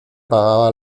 pagaba